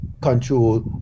control